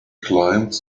climbed